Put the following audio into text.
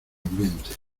ambiente